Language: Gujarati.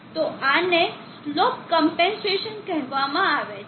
તો આને સ્લોપ કમ્પેનસેશન કહેવામાં આવે છે